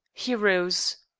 he rose.